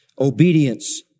obedience